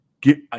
get